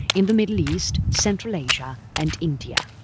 in the middle-east, central asia and india.